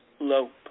lope